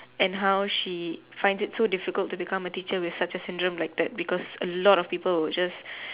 and how she find it so difficult to become a teacher with such a syndrome like that because a lot of people will just